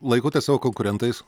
laikote savo konkurentais